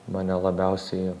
mane labiausiai